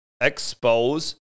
Expose